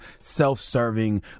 self-serving